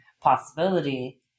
possibility